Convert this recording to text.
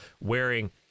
Wearing